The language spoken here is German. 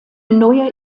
neue